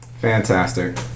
Fantastic